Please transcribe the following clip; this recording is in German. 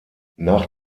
nach